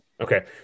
Okay